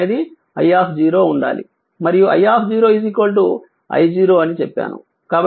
కానీ అది i ఉండాలి మరియు i I0 అని చెప్పాను